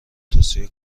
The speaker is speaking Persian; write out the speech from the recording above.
توصیه